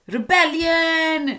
Rebellion